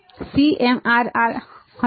તે સીએમઆરઆર હતો